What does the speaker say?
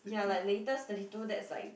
ya like latest thirty two that's like